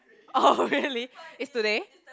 orh really is today